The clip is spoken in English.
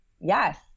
Yes